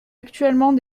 actuellement